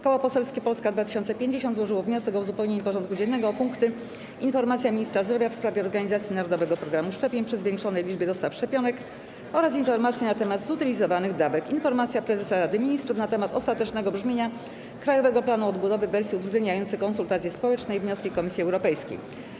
Koło Parlamentarne Polska 2050 złożyło wniosek o uzupełnienie porządku dziennego o punkty: - Informacja Ministra Zdrowia w sprawie organizacji Narodowego Programu Szczepień przy zwiększonej liczbie dostaw szczepionek oraz informacji na temat zutylizowanych dawek, - Informacja Prezesa Rady Ministrów na temat ostatecznego brzmienia Krajowego Planu Odbudowy w wersji uwzględniającej konsultacje społeczne i wnioski Komisji Europejskiej.